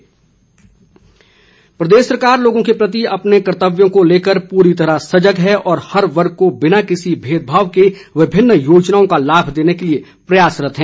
सरवीण चौधरी प्रदेश सरकार लोगों के प्रति अपने कर्तव्यों को लेकर पूरी तरह सजग है और हर वर्ग को बिना किसी भेदभाव के विभिन्न योजनाओं का लाभ देने के लिए प्रयासरत है